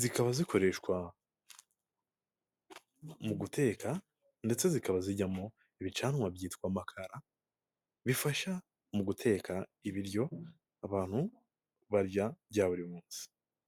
zikaba zikoreshwa mu guteka ndetse zikaba zijyamo ibicanwa byitwa amakara bifasha mu guteka ibiryo abantu barya bya buri munsi.